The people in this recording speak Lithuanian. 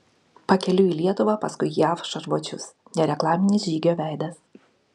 pakeliui į lietuvą paskui jav šarvuočius nereklaminis žygio veidas